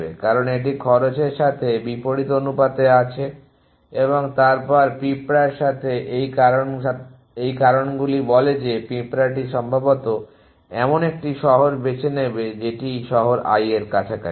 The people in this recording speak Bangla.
কারণ এটি খরচের সাথে বিপরীত অনুপাতে আছে এবং তারপর পিঁপড়ার সাথে তাই এই কারণগুলি বলে যে পিঁপড়াটি সম্ভবত এমন একটি শহর বেছে নেবে যেটি শহর i এর কাছাকাছি